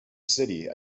city